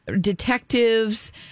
detectives